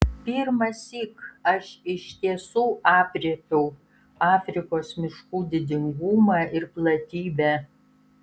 pirmąsyk aš iš tiesų aprėpiau afrikos miškų didingumą ir platybę